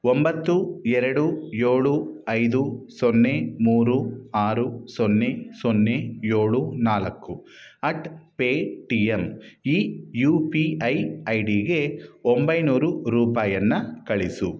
ಒಂಬತ್ತು ಎರಡು ಏಳು ಐದು ಸೊನ್ನೆ ಮೂರು ಆರು ಸೊನ್ನೆ ಸೊನ್ನೆ ಏಳು ನಾಲ್ಕು ಅಟ್ ಪೆಟಿಎಂ ಈ ಯು ಪಿ ಐ ಐ ಡಿಗೆ ಒಂಬೈನೂರು ರೂಪಾಯಿಯನ್ನ ಕಳಿಸು